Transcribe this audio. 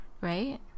right